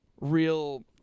real